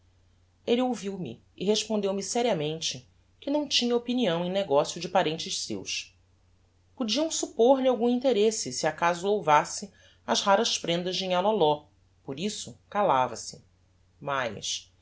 cotrim elle ouviu-me e respondeu-me seriamente que não tinha opinião em negocio de parentes seus podiam suppor lhe algum interesse se acaso louvasse as raras prendas de nhã loló por isso calava-se mais